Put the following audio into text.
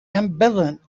ambivalent